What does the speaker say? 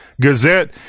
gazette